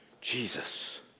Jesus